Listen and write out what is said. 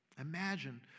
Imagine